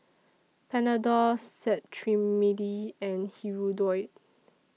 Panadol Cetrimide and Hirudoid